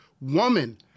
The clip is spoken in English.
woman